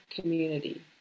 community